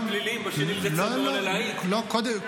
הנאשם בפלילים שב-2 בדצמבר עולה להעיד כנאשם?